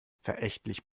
verächtlich